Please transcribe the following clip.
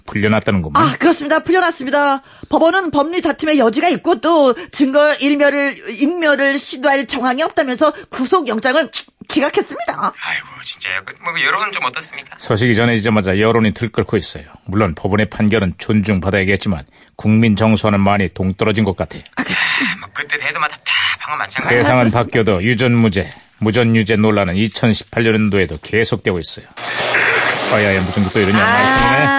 풀려났다는구만. 아, 그렇습니다. 풀려났습니다. 법원은 법리 다툼의 여지가 있고 또 증거 일멸을, 인멸을 시도할 정황이 없다면서 구속영장을 취- 기각했습니다. 아이고, 진짜요. 뭐, 여론은 좀 어떻습니까? 소식이 전해지자마자 여론이 들끓고 있어요. 물론 법원의 판결은 존중받아야겠지만 국민 정서는 많이 동떨어진 것 같아요. 아, 그치. 아, 뭐 그때 대도마다 다 방금 마찬가지. 세상은 아, 그렇습니다. 바뀌어도 유전무죄, 무전유죄 논란은 2018년도에도 계속되고 있어요. 아야야, 무슨 또 이러냐. 말씀이네.